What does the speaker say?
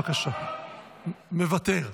בבקשה, מוותר.